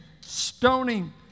stoning